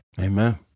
Amen